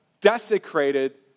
desecrated